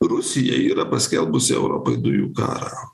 rusija yra paskelbusi europai dujų karą